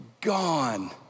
gone